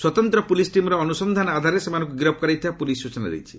ସ୍ୱତନ୍ତ୍ର ପୁଲିସ୍ ଟିମ୍ର ଅନୁସନ୍ଧାନ ଆଧାରରେ ସେମାନଙ୍କୁ ଗିରଫ୍ କରାଯାଇଥିବା ପୁଲିସ୍ ସ୍ବଚନା ଦେଇଛି